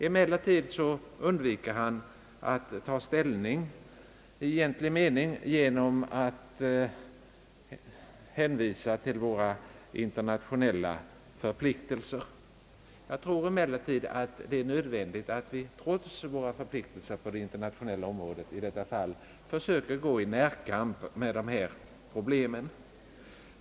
Emellertid undviker han att i egentlig mening ta ställning genom att hänvisa till våra internationella förpliktelser. Jag tror att det är nödvändigt att vi trots våra förpliktelser på det internationella området försöker gå i närkamp med dessa problem.